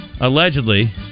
allegedly